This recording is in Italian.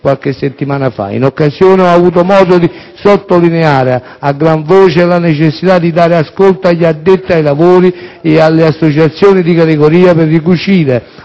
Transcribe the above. qualche settimana fa. In quell'occasione ho avuto modo di sottolineare a gran voce la necessità di dare ascolto agli addetti ai lavori e alle associazioni di categoria per ricucire